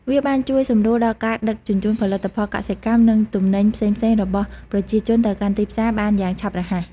វាបានជួយសម្រួលដល់ការដឹកជញ្ជូនផលិតផលកសិកម្ម និងទំនិញផ្សេងៗរបស់ប្រជាជនទៅកាន់ទីផ្សារបានយ៉ាងឆាប់រហ័ស។